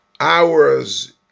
Hours